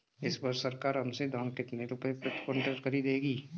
इस वर्ष सरकार हमसे धान कितने रुपए प्रति क्विंटल खरीदेगी?